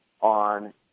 on